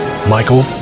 Michael